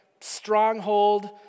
stronghold